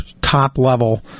top-level